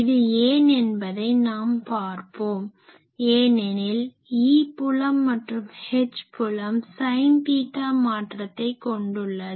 இது ஏன் என்பதை நாம் பார்ப்போம் ஏனெனில் E புலம் மற்றும் H புலம் ஸைன் தீட்டா மாற்றத்தை கொண்டுள்ளது